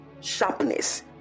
sharpness